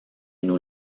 nous